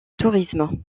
tourisme